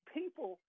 people